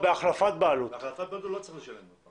בהחלפת בעלות הוא לא צריך לשלם.